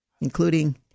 including